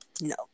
No